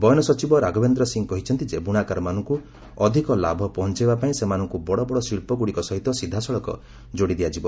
ବୟନ ସଚିବ ରାଘବେନ୍ଦ୍ର ସିଂ କହିଛନ୍ତି ଯେ ବୁଣାକାରମାନଙ୍କୁ ଅଧିକ ଲାଭ ପହଞ୍ଚାଇବା ପାଇଁ ସେମାନଙ୍କୁ ବଡ଼ବଡ଼ ଶିଳ୍ପଗୁଡ଼ିକ ସହିତ ସିଧାସଳଖ ଯୋଡ଼ିଦିଆଯିବ